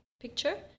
picture